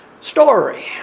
story